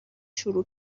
شروع